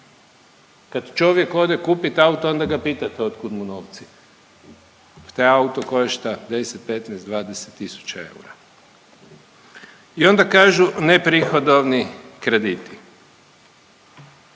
Kad čovjek ode kupiti auto onda ga pitate od kud mu novci, taj auto koji je šta 10, 15, 20 tisuća eura. I onda kažu neprihodovni krediti.